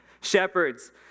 Shepherds